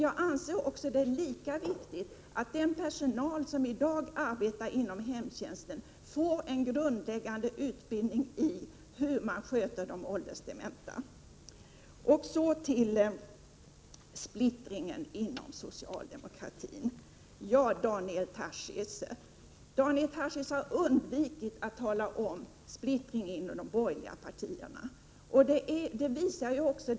Jag anser att det är lika viktigt att den personal som i dag arbetar inom hemtjänsten får en grundläggande utbildning i hur man sköter de åldersdementa. Beträffande splittringen inom socialdemokratin vill jag säga att Daniel 27 Tarschys har undvikit att tala om splittringen inom de borgerliga partierna.